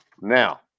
Now